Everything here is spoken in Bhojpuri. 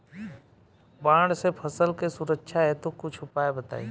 बाढ़ से फसल के सुरक्षा हेतु कुछ उपाय बताई?